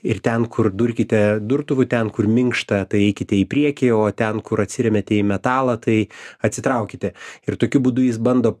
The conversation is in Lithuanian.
ir ten kur durkite durtuvu ten kur minkšta tai eikite į priekį o ten kur atsiremiate į metalą tai atsitraukite ir tokiu būdu jis bando